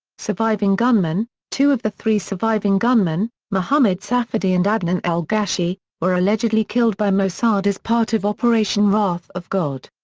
surviving gunmen two of the three surviving gunmen, mohammed safady and adnan al-gashey, were allegedly killed by mossad as part of operation wrath of god.